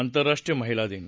आंतरराष्ट्रीय महिलादिन